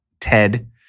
Ted